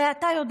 הרי אתה יודע